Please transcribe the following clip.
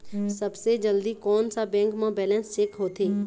सबसे जल्दी कोन सा बैंक म बैलेंस चेक होथे?